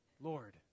Lord